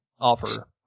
offer